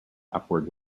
upward